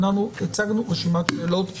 אנחנו הצגנו רשימת שאלות לממשלה,